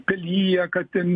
pelyja kad ten